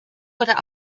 oder